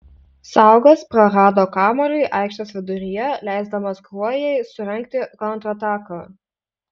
saugas prarado kamuolį aikštės viduryje leisdamas kruojai surengti kontrataką